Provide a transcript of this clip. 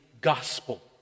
gospel